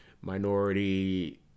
minority